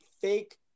fake